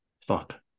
fuck